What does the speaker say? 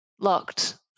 Locked